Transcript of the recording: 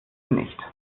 nicht